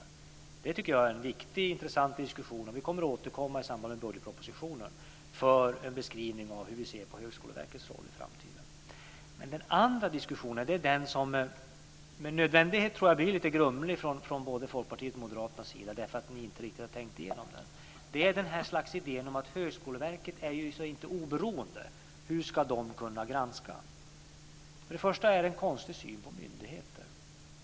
Detta tycker jag är en viktig och intressant diskussion. I samband med budgetpropositionen återkommer vi för en beskrivning av hur vi ser på Högskoleverkets roll i framtiden. Den andra diskussionen blir nog med nödvändighet lite grumlig från både Folkpartiets och Moderaternas sida därför att ni inte riktigt har tänkt igenom den. Det gäller ett slags idé om Högskoleverket som inte oberoende och hur de ska kunna granska. Först och främst vill jag säga att det är en konstig syn på myndigheter.